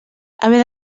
haver